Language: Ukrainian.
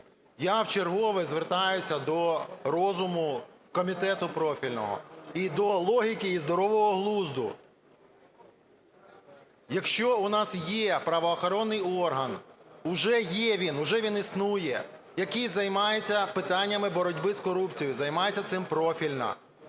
Я вчергове звертаюся до розуму комітету профільного і до логіки, і до здорового глузду. Якщо у нас є правоохоронний орган, уже є він, уже він існує, який займається питаннями боротьби з корупцією, займається цим профільно,